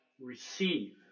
receive